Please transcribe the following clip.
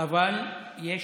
אבל יש